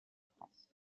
france